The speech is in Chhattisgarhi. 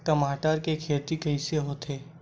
टमाटर के खेती कइसे होथे?